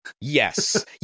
yes